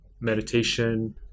meditation